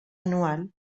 anual